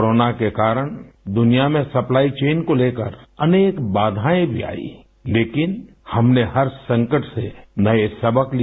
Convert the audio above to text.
corona के कारण दुनिया में सप्लाई चेन को लेकर अनेक बाधाएं भी आईं लेकिन हमने हर संकट से नए सबक लिए